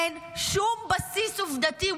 אין שום בסיס עובדתי,